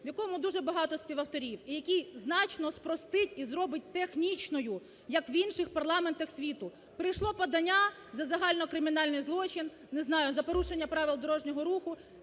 в якому дуже багато співавторів і який значно спростить і зробить технічною як в інших парламентах світу: прийшло подання за загально кримінальний злочин, не знаю, за порушення Правил дорожнього руху,